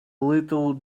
little